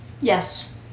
Yes